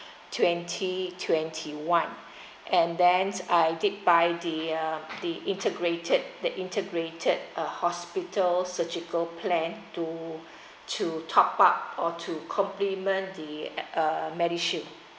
twenty twenty one and then I did buy the uh the integrated the integrated uh hospital surgical plan to to top up or to complement the uh medishield